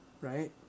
Right